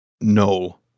No